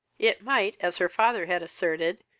it might, as her father had asserted,